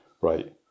right